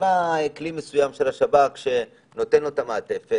ובא כלי מסוים של השב"כ שנותן לו את המעטפת,